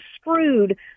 screwed